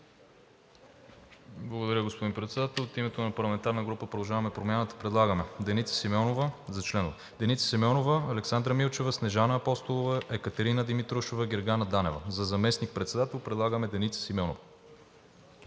Благодаря, господин Председател. От името на парламентарната група на „Продължаваме Промяната“ за членове предлагам Деница Симеонова, Александра Милчева, Снежана Апостолова, Екатерина Димитрушева, Гергана Данева. За заместник-председател предлагаме Деница Симеонова.